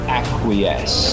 acquiesce